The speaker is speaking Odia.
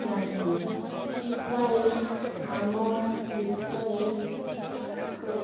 ନାହିଁ ଏଥିପାଇଁ ଆମ ଦେଶରେ ତିକ